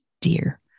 dear